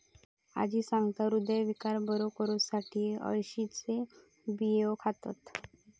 आजी सांगता, हृदयविकार बरो करुसाठी अळशीचे बियो खातत